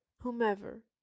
whomever